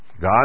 God